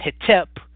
Hetep